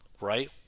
right